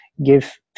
give